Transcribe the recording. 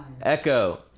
Echo